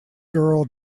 girl